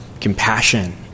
compassion